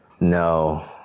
No